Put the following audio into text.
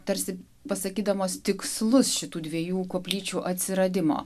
tarsi pasakydamos tikslus šitų dviejų koplyčių atsiradimo